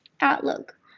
Outlook